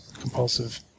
compulsive